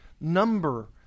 number